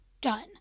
done